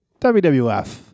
WWF